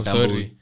sorry